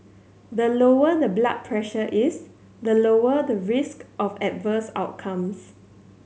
the lower the blood pressure is the lower the risk of adverse outcomes